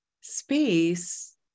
space